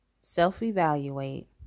self-evaluate